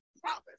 promise